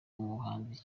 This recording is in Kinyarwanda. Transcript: ubuhanzi